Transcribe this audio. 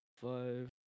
Five